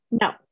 No